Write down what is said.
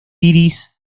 iris